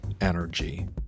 energy